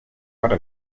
para